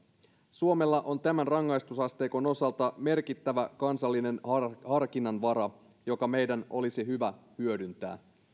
suomella on tämän rangaistusasteikon osalta merkittävä kansallinen harkinnanvara joka meidän olisi hyvä hyödyntää